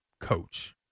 coach